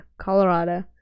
Colorado